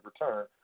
return